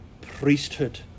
priesthood